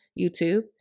YouTube